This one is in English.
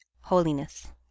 holiness